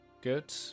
good